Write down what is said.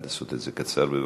לעשות את זה קצר, בבקשה.